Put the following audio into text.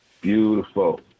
Beautiful